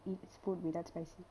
eat without spicy